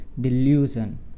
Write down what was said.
delusion